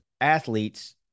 athletes